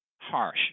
harsh